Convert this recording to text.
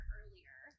earlier